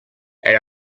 elle